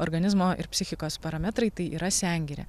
organizmo ir psichikos parametrai tai yra sengirė